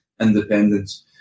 independence